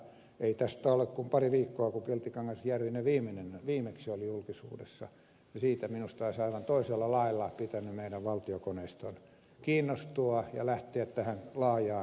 ei tästä ole kuin pari viikkoa kun keltikangas järvinen viimeksi oli julkisuudessa ja siitä minusta olisi aivan toisella lailla pitänyt meidän valtiokoneiston kiinnostua ja lähteä tähän laajaan keskusteluun mukaan